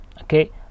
Okay